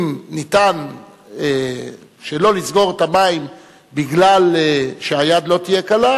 אם ניתן שלא לסגור את המים בגלל שהיד לא תהיה קלה,